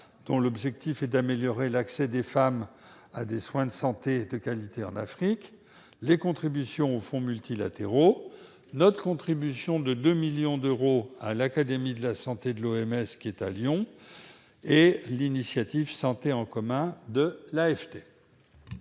dont l'objectif est d'améliorer l'accès des femmes à des soins de santé de qualité en Afrique, nos contributions aux fonds multilatéraux, notre contribution de 2 millions d'euros à l'Académie de la santé de l'OMS, située à Lyon, ou l'initiative Santé en commun de l'AFD.